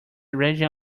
raging